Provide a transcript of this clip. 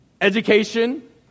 education